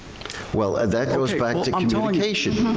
well, that goes back to communication,